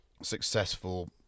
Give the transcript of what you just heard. successful